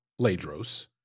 Ladros